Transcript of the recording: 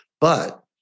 But-